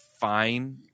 fine